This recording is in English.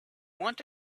want